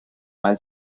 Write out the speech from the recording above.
mal